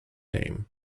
name